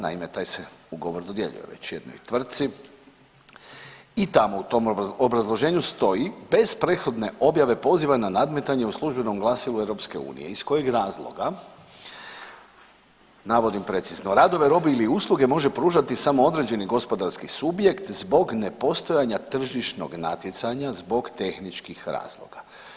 Naime, taj se ugovor dodjeljuje već jednoj tvrtci i tamo u tom obrazloženju stoji bez prethodne objave poziva na nadmetanje u službenom glasilu EU iz kojeg razloga navodim precizno radove robe ili usluge može pružati samo određeni gospodarski subjekt zbog nepostojanja tržišnog natjecanja zbog tehničkih razloga.